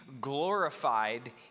glorified